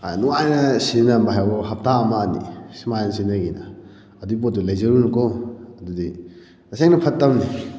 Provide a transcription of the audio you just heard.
ꯅꯨꯡꯉꯥꯏꯅ ꯁꯤꯖꯤꯟꯅꯔꯝꯕ ꯍꯥꯏꯕꯕꯨ ꯍꯥꯞꯇꯥ ꯑꯃ ꯑꯅꯤ ꯁꯨꯃꯥꯏꯅ ꯁꯤꯖꯤꯅꯈꯤꯗ ꯑꯗꯨꯏ ꯄꯣꯠꯇꯣ ꯂꯩꯖꯔꯨꯅꯨꯀꯣ ꯑꯗꯨꯗꯤ ꯇꯁꯦꯡꯅ ꯐꯠꯇꯕꯅꯦ